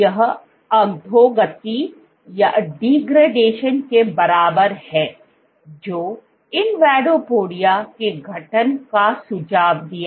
तो यह अधोगति के बराबर है जो इनवेडोपोडिया के गठन का सुझाव दिया